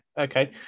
Okay